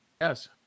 Yes